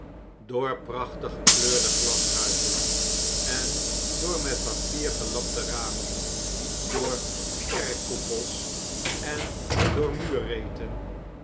door prachtig gekleurde glasruiten en door met papier gelapte ramen door kerkkoepels en